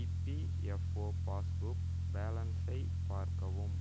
EPFO passbook பேலன்ஸை பார்க்கவும்